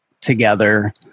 together